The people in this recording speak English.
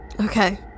okay